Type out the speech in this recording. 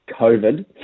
COVID